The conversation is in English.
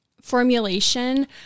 Formulation